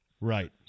Right